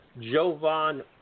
Jovan